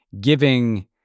giving